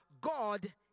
God